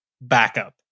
backup